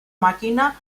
màquina